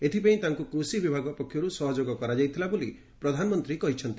ଏଥିପାଇଁ ତାଙ୍କୁ କୃଷି ବିଭାଗ ପକ୍ଷରୁ ସହଯୋଗ କରାଯାଇଥିଲା ବୋଲି ପ୍ରଧାନମନ୍ତ୍ରୀ କହିଛନ୍ତି